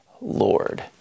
Lord